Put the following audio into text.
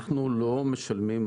אנחנו לא משלמים,